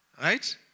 Right